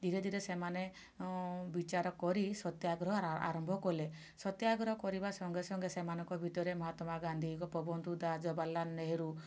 ଧିରେ ଧିରେ ସେମାନେ ବିଚାର କରି ସତ୍ୟାଗ୍ରହ ଆରମ୍ଭ କଲେ ସତ୍ୟାଗ୍ରହ କରିବା ସଙ୍ଗେ ସଙ୍ଗେ ସେମାନଙ୍କ ଭିତରେ ମହାତ୍ମା ଗାନ୍ଧୀ ଗୋପବନ୍ଧୁ ଦାସ ଜବାହାରଲାଲ ନେହେରୁ